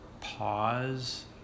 pause